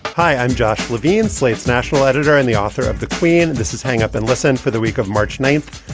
hi, i'm josh levine, slate's national editor and the author of the queen, this is hang up and listen for the week of march ninth,